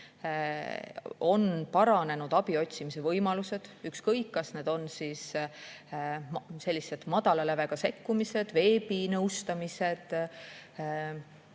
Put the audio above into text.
on paranenud abi otsimise võimalused, ükskõik, kas need on sellised madala lävega sekkumised, veebinõustamised